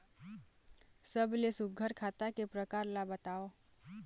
सबले सुघ्घर खाता के प्रकार ला बताव?